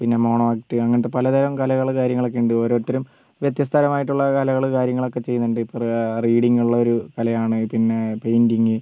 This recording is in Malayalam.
പിന്നെ മോണോ ആക്ട് അങ്ങനത്തെ പലതരം കലകൾ കാര്യങ്ങളൊക്കെ ഉണ്ട് ഒരോരുത്തരും വ്യത്യസ്ത പരമായിട്ടുള്ള കലകൾ കാര്യങ്ങൾ ഒക്കെ ചെയ്യുന്നുണ്ട് ഇപ്പം റെ റീഡിങ്ങുളള ഒരു കലയാണ് പിന്നെ പെയിൻ്റിങ്ങ്